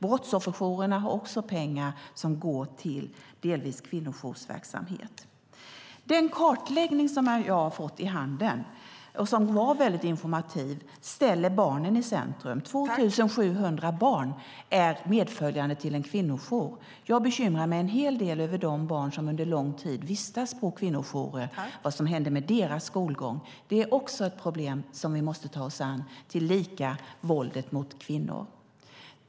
Brottsofferjourerna har också pengar som delvis går till kvinnojoursverksamhet. Den kartläggning som jag har fått i handen, och som var väldigt informativ, ställer barnen i centrum. 2 700 barn är medföljande till en kvinnojour. Jag bekymrar mig en hel del över de barn som under lång tid vistas på kvinnojourer och vad som händer med deras skolgång. Det är också ett problem som vi måste ta oss an, tillika våldet mot kvinnor.